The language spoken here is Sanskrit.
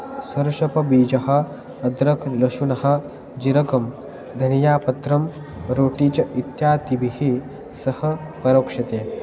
सर्षपबीजः अद्रक् लशुनं जिरकं दनियापत्रं रोटि च इत्यादिभिः सः परोक्ष्यते